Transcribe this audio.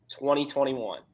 2021